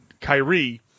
Kyrie